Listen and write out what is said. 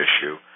issue